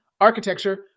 architecture